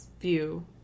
view